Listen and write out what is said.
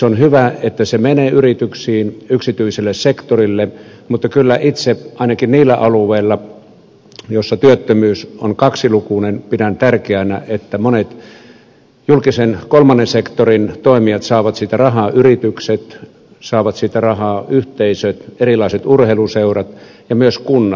on hyvä että se menee yrityksiin yksityiselle sektorille mutta kyllä itse ainakin niillä alueilla joilla työttömyys on kaksilukuinen pidän tärkeänä että monet julkisen kolmannen sektorin toimijat saavat siitä rahaa yritykset saavat siitä rahaa yhteisöt erilaiset urheiluseurat ja myös kunnat